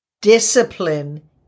Discipline